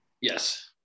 Yes